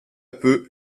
peu